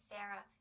Sarah